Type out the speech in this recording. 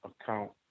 account